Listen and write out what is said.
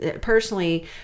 personally